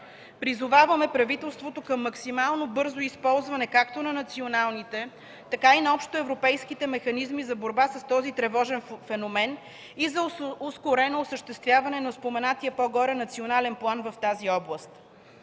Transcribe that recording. Призоваваме правителството към максимално бързо използване както на националните, така и на общоевропейските механизми за борба за този тревожен феномен и за ускорено осъществяване на упоменатия по-горе Национален план в тази област.